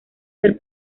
ser